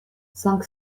cinq